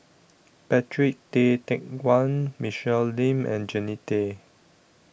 Patrick Tay Teck Guan Michelle Lim and Jannie Tay